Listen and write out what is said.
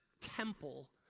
temple